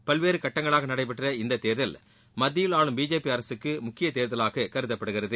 பல்வேறு கட்டங்களாக நடைபெற்ற இந்த தேர்தல் மத்தியில் ஆளும் பிஜேபி அரசுக்கு முக்கிய தேர்தலாக கருதப்படுகிறது